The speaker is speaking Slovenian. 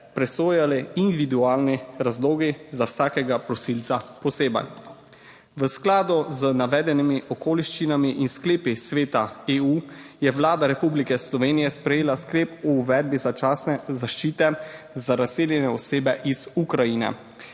presojali individualni razlogi za vsakega prosilca posebej. V skladu z navedenimi okoliščinami in sklepi Sveta EU, je Vlada Republike Slovenije sprejela sklep o uvedbi začasne zaščite za razseljene osebe iz Ukrajine,